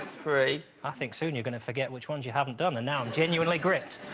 free i think soon you're gonna forget which ones you haven't done and now i'm genuinely grit